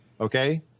Okay